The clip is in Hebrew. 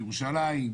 בירושלים,